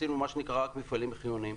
עשינו מה שנקרא רק מפעלים חיוניים.